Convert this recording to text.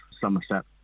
Somerset